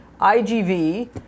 IGV